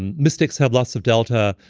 mystics have lots of delta.